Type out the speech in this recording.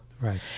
Right